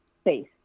space